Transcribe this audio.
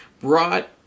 brought